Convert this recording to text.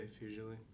usually